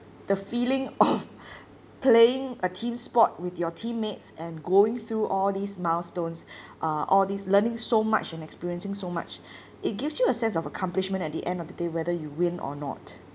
the feeling of playing a team sport with your teammates and going through all these milestones uh all these learning so much and experiencing so much it gives you a sense of accomplishment at the end of the day whether you win or not